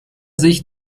sich